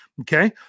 Okay